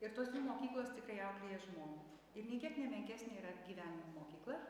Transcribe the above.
ir tos dvi mokyklos tikrai auklėja žmogų ir nė kiek ne menkesnė yra gyvenimo mokykla